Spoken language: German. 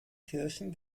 kirchen